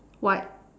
white